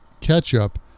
ketchup